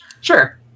Sure